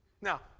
Now